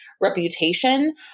reputation